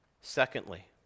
Secondly